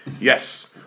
yes